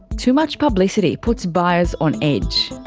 too much publicity puts buyers on edge.